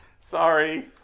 Sorry